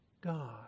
God